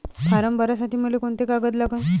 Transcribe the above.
Form भरासाठी मले कोंते कागद लागन?